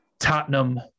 Tottenham